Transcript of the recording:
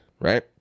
right